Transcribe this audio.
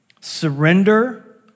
surrender